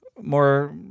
more